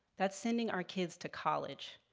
that's sending our kids to college.